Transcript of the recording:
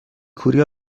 کوری